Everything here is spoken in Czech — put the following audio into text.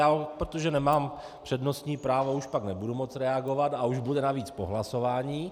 Ale protože nemám přednostní právo, už pak nebudu moct reagovat a už bude navíc po hlasování.